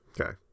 Okay